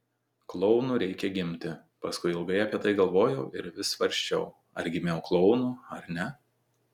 klounu reikia gimti paskui ilgai apie tai galvojau ir vis svarsčiau ar gimiau klounu ar ne